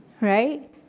Right